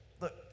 Look